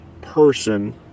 person